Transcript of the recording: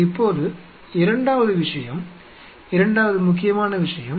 இப்போது இரண்டாவது விஷயம் இரண்டாவது முக்கியமான விஷயம்